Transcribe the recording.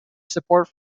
support